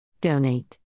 Donate